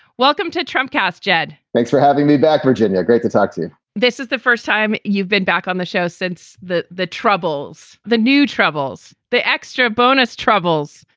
welcome to trump cast, jed thanks for having me back virginia. great to talk to you this is the first time you've been back on the show since the the troubles, the new troubles, the extra bonus troubles.